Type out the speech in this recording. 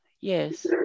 Yes